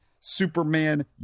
Superman